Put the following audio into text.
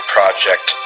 Project